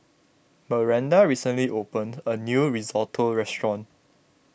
Maranda recently opened a new Risotto restaurant